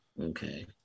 Okay